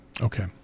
Okay